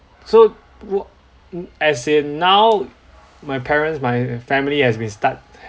so wha~ as in now my parents my family has been start